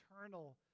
eternal